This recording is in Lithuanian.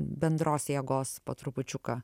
bendros jėgos po trupučiuką